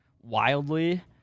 wildly